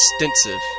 extensive